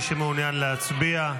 מי שמעוניין להצביע,